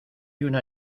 una